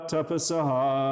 Tapasaha